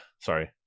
sorry